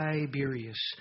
Tiberius